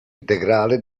integrale